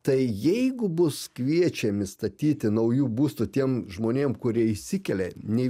tai jeigu bus kviečiami statyti naujų būstų tiem žmonėm kurie išsikelia nei